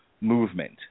movement